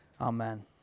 Amen